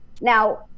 Now